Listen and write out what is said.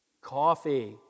Coffee